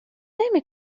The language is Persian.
نمی